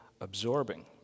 absorbing